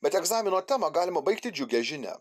bet egzamino temą galima baigti džiugia žinia